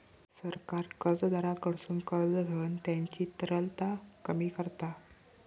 सरकार कर्जदाराकडसून कर्ज घेऊन त्यांची तरलता कमी करता